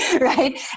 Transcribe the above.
right